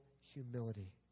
humility